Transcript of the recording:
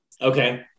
Okay